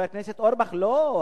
חבר הכנסת אורבך: לא,